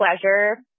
pleasure